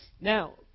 Now